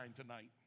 tonight